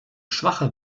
schwache